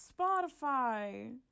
Spotify